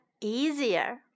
easier